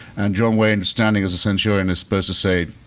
and john wayne standing as a centurion is supposed to say,